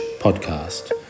podcast